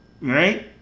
right